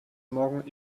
morgen